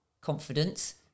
confidence